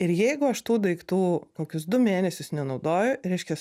ir jeigu aš tų daiktų kokius du mėnesius nenaudoju reiškias